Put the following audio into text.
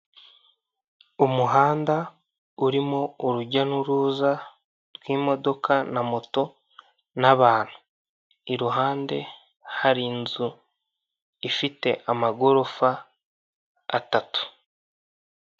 Umuhanda urimo urujya n'uruza rw'imodoka na moto n'abantu iruhande hari inzu ifite amagorofa atatu.